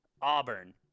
Auburn